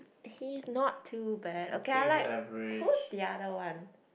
he is not too bad okay I like cool the other one